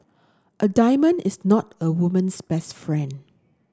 a diamond is not a woman's best friend